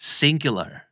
singular